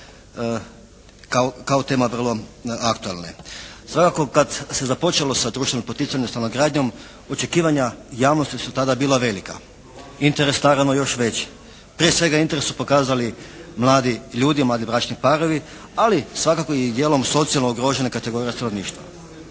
kao tema vrlo aktuelne. Svakako kad se započelo sa društveno-poticajnom stanogradnjom očekivanja javnosti su tada bila velika, interes naravno još veći. Prije svega interes su pokazali mladi ljudi, mladi bračni parovi, ali svakako i dijelom socijalno ugrožene kategorije stanovništva.